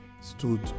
stood